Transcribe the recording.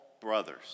brothers